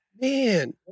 man